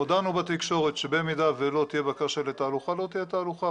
הודענו בתקשורת שבמידה שלא תהיה בקשה לתהלוכה לא תהיה תהלוכה.